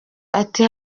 ati